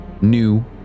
new